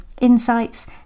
insights